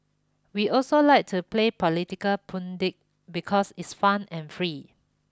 we also like to play political pundit because it's fun and free